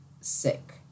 sick